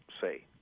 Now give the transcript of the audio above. say